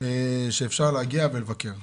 שאפשר להגיע ולבקר.